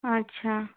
अच्छा